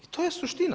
I to je suština.